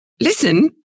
listen